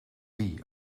wie